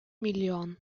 миллион